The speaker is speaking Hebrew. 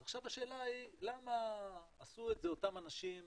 אז עכשיו השאלה היא למה עשו את זה אותם אנשים